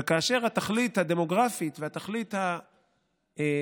וכאשר התכלית הדמוגרפית והתכלית הביטחונית